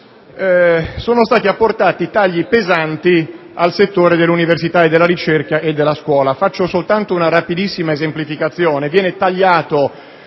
sono stati apportati tagli pesanti al settore dell'università, della ricerca e della scuola. Faccio soltanto una rapidissima esemplificazione.